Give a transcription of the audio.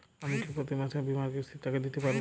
আমি কি প্রতি মাসে বীমার কিস্তির টাকা দিতে পারবো?